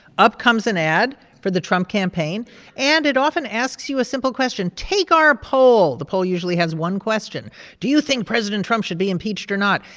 up comes an ad for the trump campaign and it often asks you a simple question, take our poll. the poll usually has one question do you think president trump should be impeached or not?